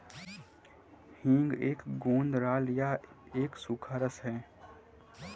हींग एक गोंद राल या एक सूखा रस है